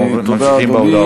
אנחנו ממשיכים בהודעות.